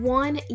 one